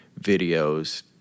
videos